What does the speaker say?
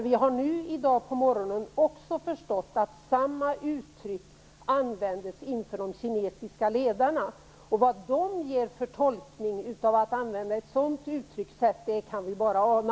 Vi har i dag förstått att samma uttryck användes inför de kinesiska ledarna, och vilken tolkning de gör av ett sådant uttryckssätt kan vi bara ana.